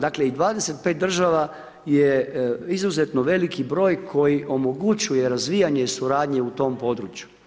Dakle i 25 država je izuzetno veliki broj koji omogućuje razvijanje suradnje u tom području.